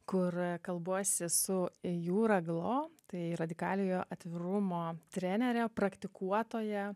kur kalbuosi su jūrą glo tai radikaliojo atvirumo trenere praktikuotoja